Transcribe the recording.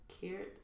cared